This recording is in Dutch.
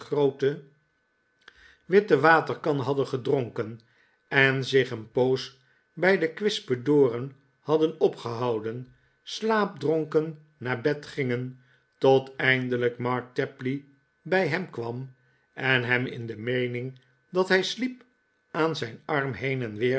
witte waterkan hadden gedronken en zich een poos bij de kwispedoren hadden opgehouden slaapdronken naar bed gingen tot eindelijk mark tapley bij hem kwam en hem in de meening dat hij sliep aan zijn arm heen en weer